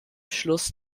schluss